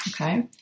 Okay